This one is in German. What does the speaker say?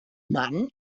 mann